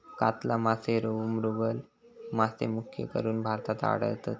कातला मासे, रोहू, मृगल मासे मुख्यकरून भारतात आढळतत